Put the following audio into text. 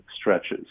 stretches